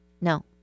No